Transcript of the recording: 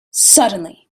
suddenly